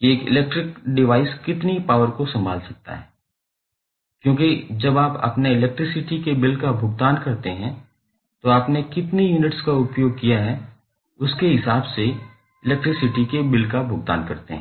कि एक electric device कितनी पॉवर को संभाल सकता है क्योंकि जब आप अपने इलेक्ट्रिसिटी के बिल का भुगतान करते हैं तो आपने कितनी यूनिट्स का उपभोग किया है उसके हिसाब से इलेक्ट्रिसिटी के बिल का भुगतान करते हैं